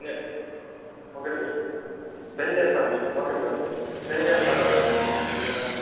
okay sir send చేస్తాను okay sir send చేస్తాను sir నేను మీ అకౌంట్కి